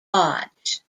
lodge